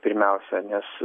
pirmiausia nes